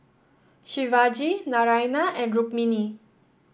Shivaji Naraina and Rukmini